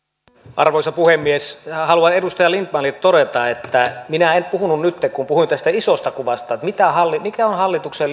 arvoisa puhemies haluan edustaja lindtmanille todeta että nytten kun puhuin tästä isosta kuvasta että mikä on hallituksen